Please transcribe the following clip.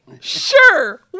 sure